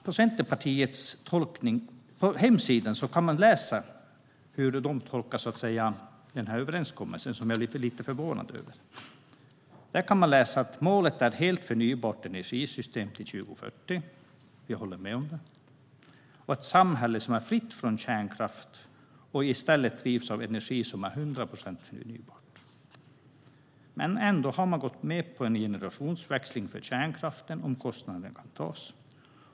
På hemsidan kan man läsa hur Centerpartiet tolkar den här överenskommelsen - jag är lite förvånad över detta. Där kan man läsa att målet är ett helt förnybart energisystem 2040 - det håller jag med om - och ett samhälle som är fritt från kärnkraft och som i stället drivs av energi som är 100 procent förnybar. Men ändå har man gått med på en generationsväxling för kärnkraften om kostnaderna kan tas.